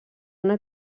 una